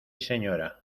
señora